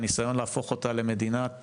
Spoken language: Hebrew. והניסיון להפוך אותה למדינת